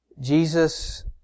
Jesus